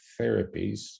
therapies